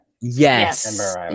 Yes